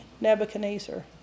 Nebuchadnezzar